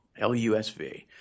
LUSV